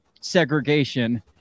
segregation